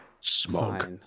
Smoke